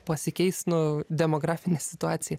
pasikeis nu demografinė situacija